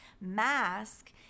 mask